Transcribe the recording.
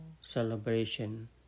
celebration